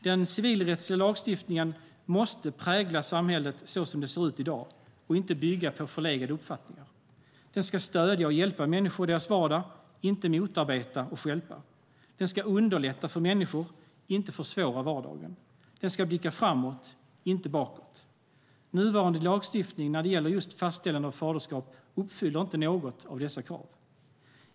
Den civilrättsliga lagstiftningen måste prägla samhället så som det ser ut i dag och inte bygga på förlegade uppfattningar. Den ska stödja och hjälpa människor i deras vardag, inte motarbeta och stjälpa. Den ska underlätta för människor, inte försvåra vardagen. Den ska blicka framåt, inte bakåt. Nuvarande lagstiftning när det gäller just fastställande av faderskap uppfyller inte något av dessa krav.